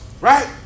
right